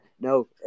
No